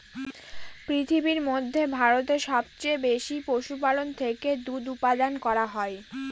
পৃথিবীর মধ্যে ভারতে সবচেয়ে বেশি পশুপালন থেকে দুধ উপাদান করা হয়